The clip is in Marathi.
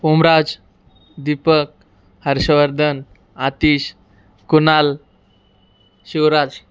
उमराज दीपक हर्षवर्धन आतिश कुनाल शिवराज